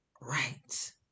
right